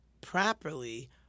properly